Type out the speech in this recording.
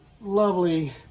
lovely